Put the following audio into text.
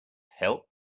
help